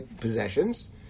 possessions